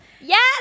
Yes